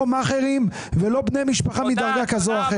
לא מאעכרים ולא בני משפחה מדרגה כזו או אחרת.